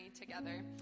together